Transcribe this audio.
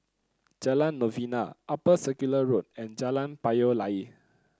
Jalan Novena Upper Circular Road and Jalan Payoh Lai